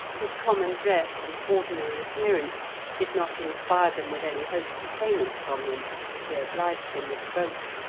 his common dress and ordinary appearance did not inspire them with any hope of payment from him if they obliged him with a boat.